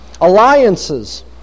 alliances